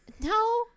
No